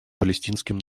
палестинским